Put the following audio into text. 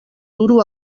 duro